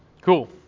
Cool